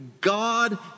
God